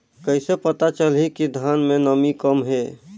कइसे पता चलही कि धान मे नमी कम हे?